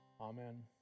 Amen